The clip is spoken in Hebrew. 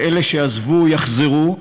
אלה שעזבו יחזרו,